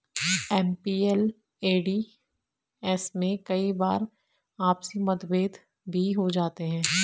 MPLADS में कई बार आपसी मतभेद भी हो जाते हैं